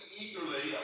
eagerly